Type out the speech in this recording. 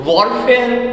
Warfare